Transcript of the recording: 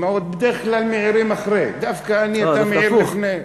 בדרך כלל מעירים אחרי, דווקא לי אתה מעיר לפני?